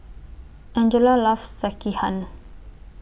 Angella loves Sekihan